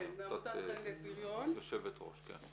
כן, יושבת ראש